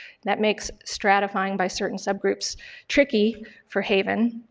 that makes stratifying by certain subgroups tricky for haven.